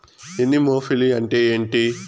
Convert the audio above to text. Anemophily అంటే ఏంటి?